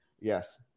Yes